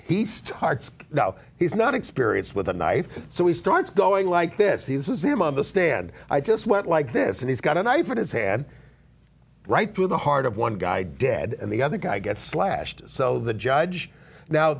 he starts you know he's not experienced with a knife so he starts going like this he this is him on the stand i just went like this and he's got a knife in his hand right through the heart of one guy dead and the other guy gets slashed so the judge now